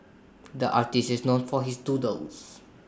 the artist is known for his doodles